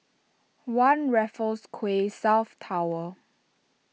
one Raffles Quay South Tower